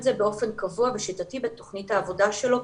זה באופן קבוע ושיטתי בתוכנית העבודה שלו,